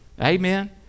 Amen